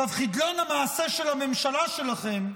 חידלון המעשה של הממשלה שלכם,